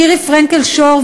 מירי פרנקל-שור,